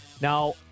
Now